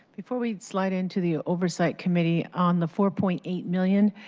before we slide into the oversight committee, on the four point eight million